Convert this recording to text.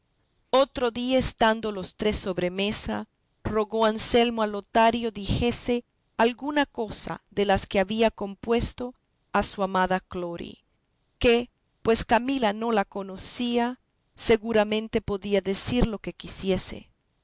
otro día estando los tres sobre mesa rogó anselmo a lotario dijese alguna cosa de las que había compuesto a su amada clori que pues camila no la conocía seguramente podía decir lo que quisiese